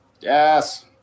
Yes